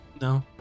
No